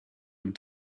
able